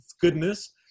goodness